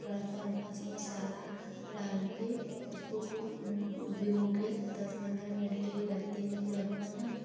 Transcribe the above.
थोड़ा सा हल्का सा मसाला डाल कर उसको खूब भीगो कर दस पंद्रह मिनट के लिए रख देने के रखना है